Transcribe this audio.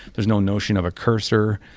there's no notion of a cursor.